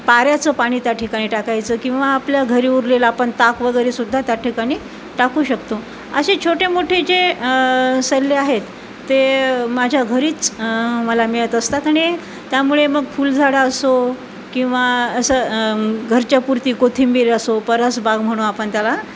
पाऱ्याचं पाणी त्या ठिकाणी टाकायचं किंवा आपल्या घरी उरलेला आपण ताक वगैरे सुद्धा त्या ठिकाणी टाकू शकतो असे छोटे मोठे जे सल्ले आहेत ते माझ्या घरीच मला मिळत असतात आणि त्यामुळे मग फुलझाडं असो किंवा असं घरच्यापुरती कोथिंबीर असो परसबाग म्हणू आपण त्याला